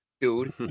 dude